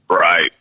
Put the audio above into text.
Right